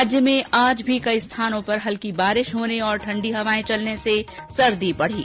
प्रदेश में आज भी कई स्थानों पर हल्की बारिश होने और ठंडी हवाएं चलने से सर्दी बढ़ी